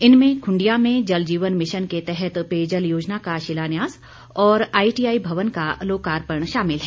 इनमें खुंडिया में जल जीवन मिशन के तहत पेयजल योजना का शिलान्यास और आईटीआई भवन का लोकार्पण शामिल है